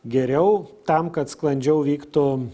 geriau tam kad sklandžiau vyktų